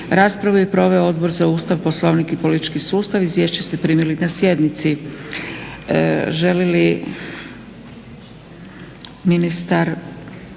Raspravu je proveo Odbor za Ustav, Poslovnik i politički sustav. Izvješće ste primili na sjednici.